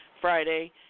Friday